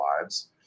lives